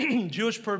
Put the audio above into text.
Jewish